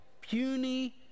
puny